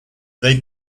they